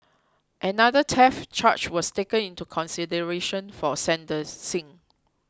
another theft charge was taken into consideration for sentencing